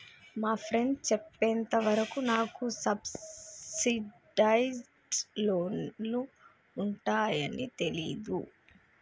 మా ఫ్రెండు చెప్పేంత వరకు నాకు సబ్సిడైజ్డ్ లోన్లు ఉంటయ్యని తెలీదు